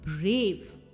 brave